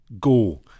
go